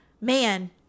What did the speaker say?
Man